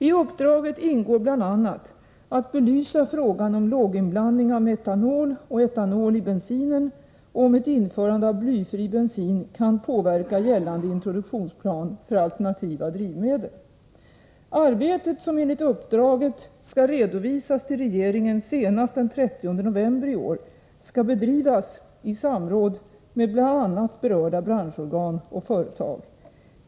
I uppdraget ingår bl.a. att belysa frågan om låginblandning av metanol och etanol i bensinen och om huruvida ett införande av blyfri bensin kan påverka gällande introduktionsplan för alternativa drivmedel. Arbetet, som enligt uppdraget skall redovisas till regeringen senast den 30 november i år, skall bedrivas i samråd med bl.a. berörda branschorgan och företag.